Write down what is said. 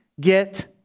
get